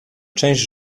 część